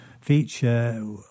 feature